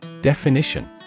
Definition